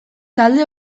talde